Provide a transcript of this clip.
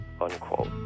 unquote